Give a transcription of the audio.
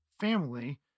family